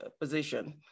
position